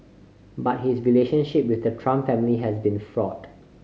but his relationship with the Trump family has been fraught